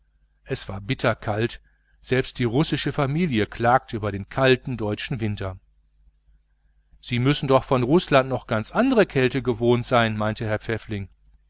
es war bitter kalt und selbst die russische familie klagte über den kalten deutschen winter sie müssen von rußland doch noch an ganz andere kälte gewöhnt sein meinte herr pfäffling